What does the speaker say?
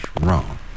wrong